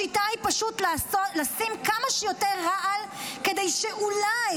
השיטה היא פשוט לשים כמה שיותר רעל כדי שאולי,